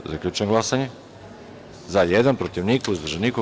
Zaključujem glasanje: za – jedan, protiv – niko, uzdržanih – nema.